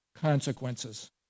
consequences